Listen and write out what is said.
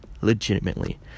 Legitimately